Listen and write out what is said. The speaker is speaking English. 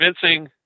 convincing